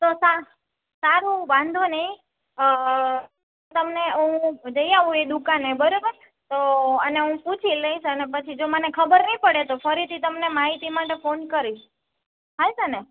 તો સા તો સારું વાંધો નહીં તમને ઉ જઈ આવું એ દુકાને બરોબર તો અને ઉ પૂછી લાઈસ અને પછી જો મને ખબર નહીં પડે ને ફરીથી તમને માહિતી માટે ફોન કરીશ હાલશેને